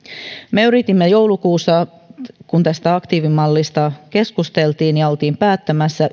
me yritimme joulukuussa kun tästä aktiivimallista keskusteltiin ja oltiin päättämässä